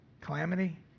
Calamity